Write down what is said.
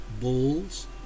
bulls